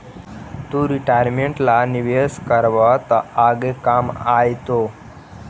तु रिटायरमेंट ला निवेश करबअ त आगे काम आएतो